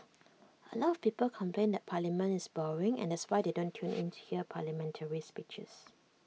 A lot of people complain that parliament is boring and that's why they don't tune in to hear parliamentary speeches